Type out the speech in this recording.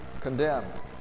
condemned